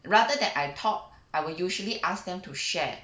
rather than I talk I will usually ask them to share